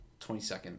22nd